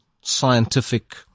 scientific